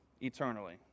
eternally